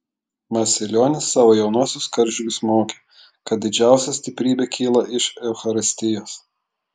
masilionis savo jaunuosius karžygius mokė kad didžiausia stiprybė kyla iš eucharistijos